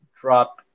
drop